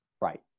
Right